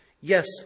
Yes